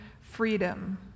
freedom